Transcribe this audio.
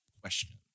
question